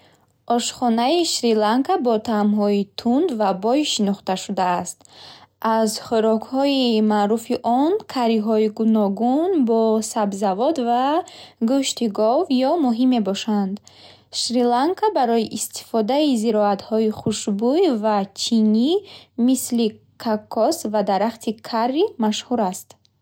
Ошхонаи Шри-Ланка бо таъмҳои тунд ва бой шинохта шудааст. Аз хӯрокҳои маъруфи он карриҳои гуногун бо сабзавот ва гӯшти гов ё моҳӣ мебошанд. Шри-Ланка барои истифодаи зироатҳои хушбӯй ва чинӣ, мисли кокос ва дарахти карри, машҳур аст.